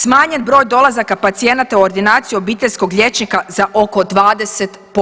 Smanjen broj dolazaka pacijenata u ordinaciju obiteljskog liječnika za oko 20%